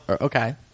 okay